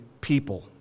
people